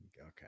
Okay